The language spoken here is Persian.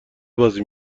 بازی